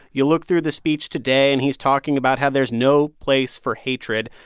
you look through the speech today, and he's talking about how there's no place for hatred.